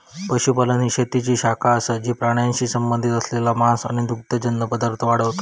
पशुपालन ही शेतीची शाखा असा जी प्राण्यांशी संबंधित असलेला मांस आणि दुग्धजन्य पदार्थ वाढवता